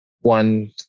one